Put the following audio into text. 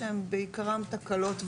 שהם בעיקרם תקלות,